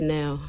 now